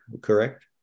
correct